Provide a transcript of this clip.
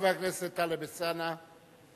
חבר הכנסת טלב אלסאנע.